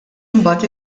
imbagħad